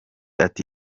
ati